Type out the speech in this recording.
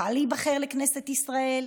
יוכל להיבחר לכנסת ישראל,